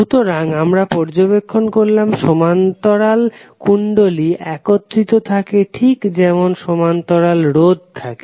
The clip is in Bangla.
সুতরাং আমরা পর্যবেক্ষণ করলাম সমান্তরাল কুণ্ডলী একত্রিত থাকে ঠিক যেমন সমান্তরাল রোধ থাকে